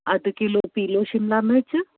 अधु किलो पीलो शिमला मिर्चु